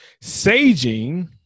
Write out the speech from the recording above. Saging